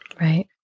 Right